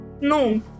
no